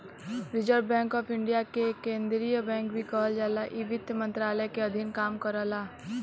reserve bank of India के केंद्रीय bank भी कहल जाला इ वित्त मंत्रालय के अधीन काम करला